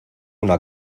una